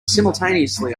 simultaneously